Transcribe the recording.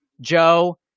Joe